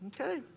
Okay